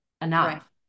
enough